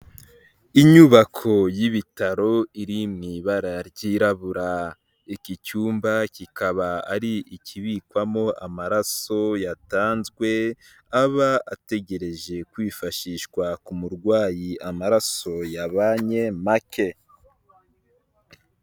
Inyubako y'ibitaro iri mu ibara ryirabura, iki cyumba kikaba ari ikibikwamo amaraso yatanzwe aba ategereje kwifashishwa ku murwayi amaraso yabanye make.